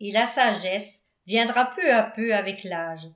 et la sagesse viendra peu à peu avec l'âge